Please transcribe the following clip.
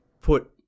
put